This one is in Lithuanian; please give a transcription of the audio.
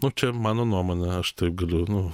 nu čia mano nuomone aš taip galiu nu